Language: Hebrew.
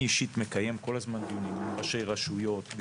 אני אישית מקיים כל הזמן דיונים עם ראשי רשויות,